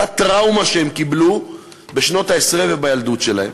אותה טראומה שהם קיבלו בשנות העשרה ובילדות שלהם,